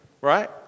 Right